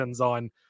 on